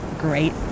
great